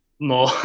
more